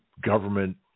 government